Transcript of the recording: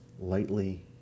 lightly